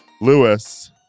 Lewis